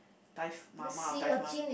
dive ma ma or dive ma